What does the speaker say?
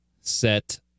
set